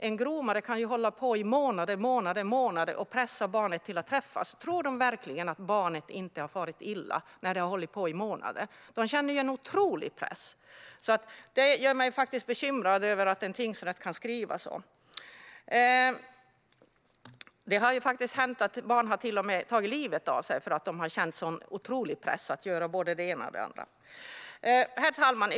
En gromare kan ju hålla på i månader och pressa barnet till att träffas. Tror de verkligen att barnet inte har farit illa när gromaren har hållit på i månader? Barnet känner en otrolig press. Det gör mig bekymrad att en tingsrätt kan skriva så här. Det har faktiskt hänt att barn till och med har tagit livet av sig för att de har känt en otrolig press att göra både det ena och det andra. Herr talman!